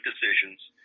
decisions –